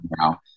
now